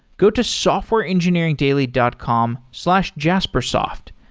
go to softwareengineeringdaily dot com slash jaspersoft.